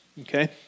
okay